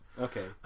Okay